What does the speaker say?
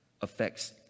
affects